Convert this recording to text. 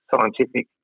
scientific